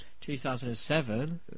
2007